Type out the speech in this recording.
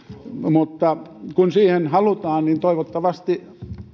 mutta kun siihen halutaan niin toivottavasti